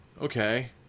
okay